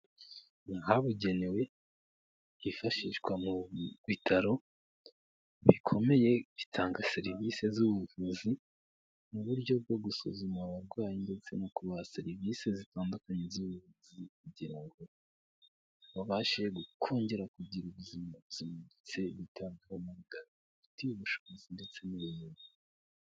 Ahabugenewe hifashishwa mu bitaro bikomeye bitanga serivisi z'ubuvuzi mu buryo bwo gusuzuma abarwayi ndetse no kubaha serivisi zitandukanye z'ubuvuzi kugira ngo babashe kongera kugira ubuzima buzima ndetse bitabweho n'abaganga babifitiye ubushobozi ndetse n'ubumenyi.